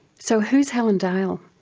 so who's helen dale?